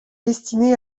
destiné